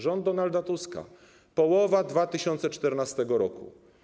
Rząd Donalda Tuska - połowa 2014 r.